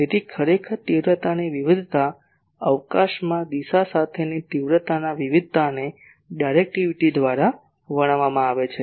તેથી ખરેખર તીવ્રતાની વિવિધતા અવકાશમાં દિશા સાથેની તીવ્રતાના વિવિધતાને ડાયરેક્ટિવિટી દ્વારા વર્ણવવામાં આવે છે